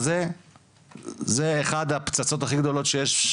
שזה תחום המניעה שבמניעה,